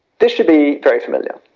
this should be, very familiar.